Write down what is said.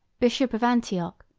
bishop of antioch,